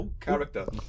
character